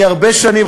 אני הרבה שנים,